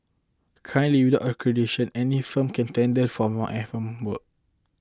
currently without accreditation any firm can tender for F M work